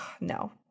No